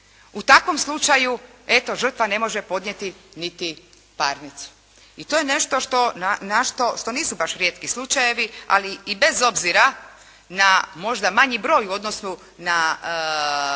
U takvom slučaju, eto žrtva ne može podnijeti niti parnicu i to je nešto, na što, što nisu baš rijetki slučajevi, ali i bez obzira na možda manji broju u odnosu na